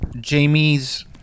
Jamie's